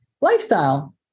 lifestyle